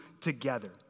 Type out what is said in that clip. together